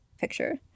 picture